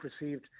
received